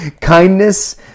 kindness